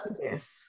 Yes